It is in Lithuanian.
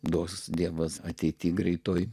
duos dievas ateityje greitai